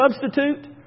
substitute